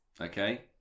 okay